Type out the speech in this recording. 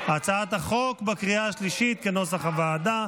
הצעת החוק בקריאה השלישית, כנוסח הוועדה.